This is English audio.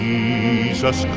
Jesus